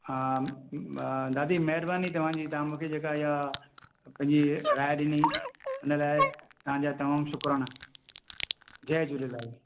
हा दादी महिरबानी तव्हांजी तव्हां मूंखे जेका इहा पंहिंजी राय ॾिनी हुन लाइ तव्हां जा तमामु शुकराना जय झूलेलाल